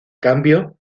cambio